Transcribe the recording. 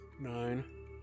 Nine